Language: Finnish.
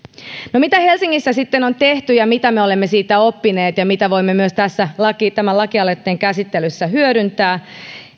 no mitä helsingissä sitten on tehty ja mitä me olemme siitä oppineet ja mitä voimme myös tämän lakialoitteen käsittelyssä hyödyntää